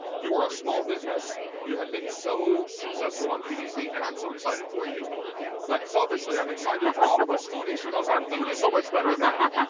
you are a small business, you have been so successful on qvc and i'm so excited for you. yeah but selfishly, i'm excited for all of us foodies, because our food is so much better now.